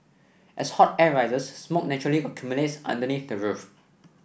as hot air rises smoke naturally accumulates underneath the roof